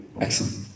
Excellent